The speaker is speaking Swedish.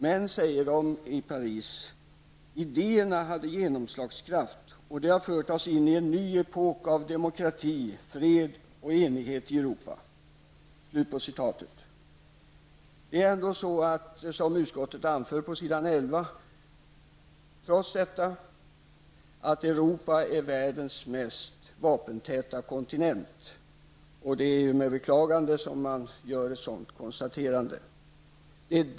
Men, sade regeringscheferna i Paris, idéerna hade genomslagskraft, och de har fört oss in i en ny epok av demokrati, fred och enighet i Europa. Trots allt är det så som utskottet anför på s. 11 i betänkandet, nämligen att Europa är världens mest vapentäta kontinent. Det är med beklagande som man gör ett sådant konstaterande. Herr talman!